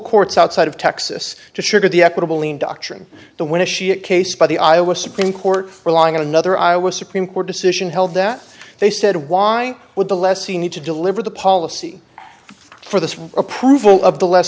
courts outside of texas to sugar the equitable lien doctrine to win a shit case by the iowa supreme court relying on another i was supreme court decision held that they said why would the less you need to deliver the policy for the approval of the less